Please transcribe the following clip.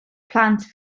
plant